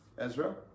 Ezra